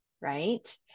right